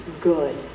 good